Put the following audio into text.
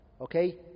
Okay